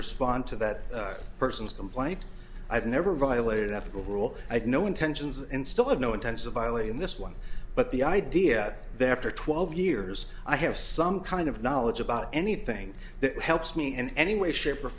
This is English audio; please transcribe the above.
respond to that person's life i've never violated ethical rule i have no intentions and still have no intention of violating this one but the idea there after twelve years i have some kind of knowledge about anything that helps me in any way shape or